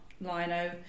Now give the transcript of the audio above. lino